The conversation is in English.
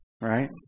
right